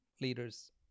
leaders